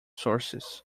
sources